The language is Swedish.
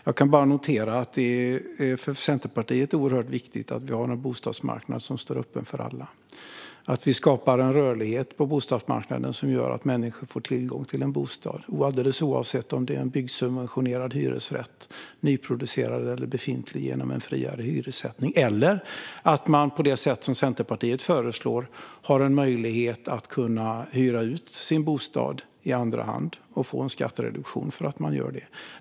Jag kan bara notera att det för Centerpartiet är oerhört viktigt att vi har en bostadsmarknad som står öppen för alla och att vi skapar en rörlighet på bostadsmarknaden som gör att människor får tillgång till en bostad, alldeles oavsett om det är en byggsubventionerad hyresrätt, nyproducerad eller befintlig genom en friare hyressättning, eller om man på det sätt som Centerpartiet föreslår har möjlighet att hyra ut sin bostad i andra hand och få en skattereduktion för att man gör det.